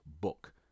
book